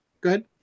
Good